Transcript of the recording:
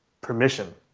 permission